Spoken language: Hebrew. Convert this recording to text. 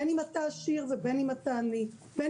בין אם אתה עשיר ובין אם אתה עני ובין